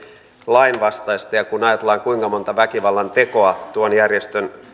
lainvastaista ja kun ajatellaan kuinka monta väkivallantekoa tuon järjestön